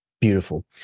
Beautiful